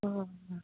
অঁ